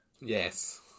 yes